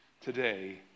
today